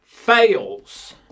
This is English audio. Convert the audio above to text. fails